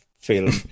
film